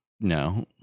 No